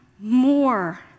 more